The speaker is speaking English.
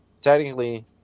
technically